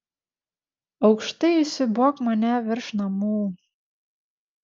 aukštai įsiūbuok mane virš namų